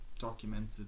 documented